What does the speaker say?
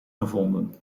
gevonden